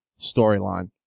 storyline